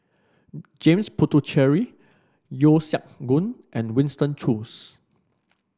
James Puthucheary Yeo Siak Goon and Winston Choos